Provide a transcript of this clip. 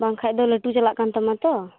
ᱵᱟᱝᱠᱷᱟᱡ ᱫᱚ ᱞᱟ ᱴᱩ ᱪᱟᱞᱟᱜ ᱠᱟᱱ ᱛᱟᱢᱟ ᱛᱚ